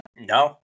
No